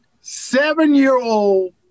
seven-year-old